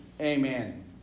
Amen